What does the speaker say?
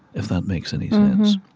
if that makes any sense.